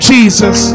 Jesus